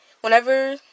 Whenever